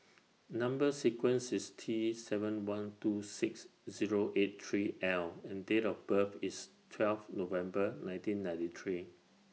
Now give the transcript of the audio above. Number sequence IS T seven one two six Zero eight three L and Date of birth IS twelve November nineteen ninety three